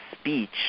speech